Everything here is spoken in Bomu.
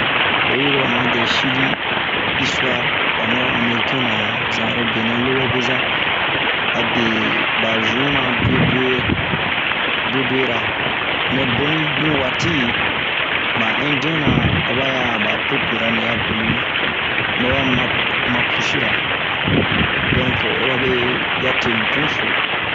Oyi lo o ma dɛ Sili istuare ba maba amerikɛn ra zan oro benɛ lowɛ beza, a bie ba zuna dedue ra nɛ boni li watii. Ba ɛndiɛn ra, aba ya'a ba pepile ra nɛya boni mu, lo a ba maa ma pussira ,donke ababe ya te ri tun soo.